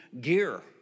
gear